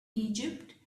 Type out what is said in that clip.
egypt